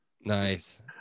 Nice